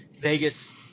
Vegas